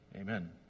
Amen